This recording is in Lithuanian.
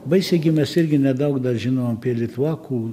baisiai gi mes irgi nedaug žinom apie litvakų